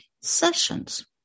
sessions